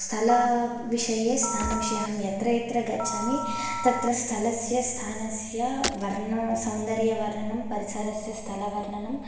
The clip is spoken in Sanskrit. स्थलविषये स्थानविषये अहं यत्र यत्र गच्छामि तत्र स्थलस्य स्थानस्य वर्णसौन्दर्यवर्णनं परिसरस्य स्थलवर्णनं